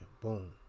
boom